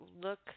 look